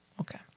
Okay